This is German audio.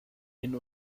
hin